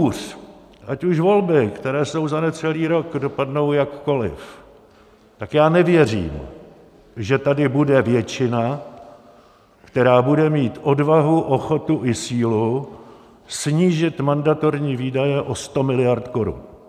Co hůř, ať už volby, které jsou za necelý rok, dopadnou jakkoliv, tak já nevěřím, že tady bude většina, která bude mít odvahu, ochotu i sílu snížit mandatorní výdaje o 100 miliard korun.